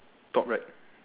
top right